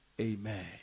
Amen